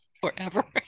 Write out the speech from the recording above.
forever